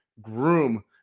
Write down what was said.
groom